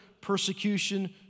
persecution